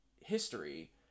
history